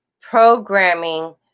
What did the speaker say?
programming